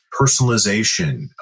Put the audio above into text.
personalization